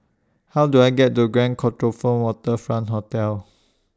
How Do I get to Grand Copthorne Waterfront Hotel